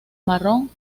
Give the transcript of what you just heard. marrón